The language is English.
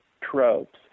tropes